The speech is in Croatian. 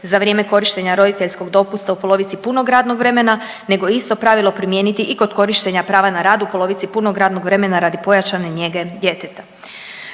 za vrijeme korištenja roditeljskog dopusta u polovici punog radnog vremena nego isto pravilo primijeniti i kod korištenja prava na rad u polovici punog radnog vremena radi pojačane njege djeteta.